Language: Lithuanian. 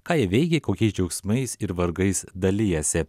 ką jie veikia kokiais džiaugsmais ir vargais dalijasi